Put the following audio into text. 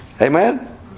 Amen